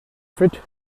fit